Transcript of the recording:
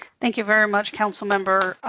thank you very much, councilmember.